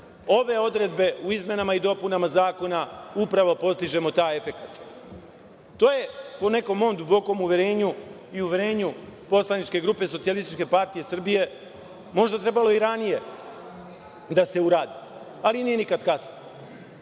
ove odredbe u izmenama i dopunama zakona upravo postižemo taj efekat. To je po nekom mom dubokom uverenju i uverenju poslaničke grupe SPS možda trebalo i ranije da se uradi, ali nije nikad kasno. Juče